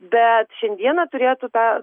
bet šiandieną turėtų ta